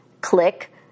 click